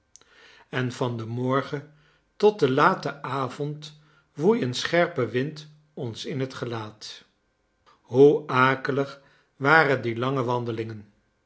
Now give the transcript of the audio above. en van den morgen tot den laten avond woei een scherpe wind ons in het gelaat hoe akelig waren die lange wandelingen